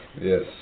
Yes